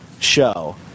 show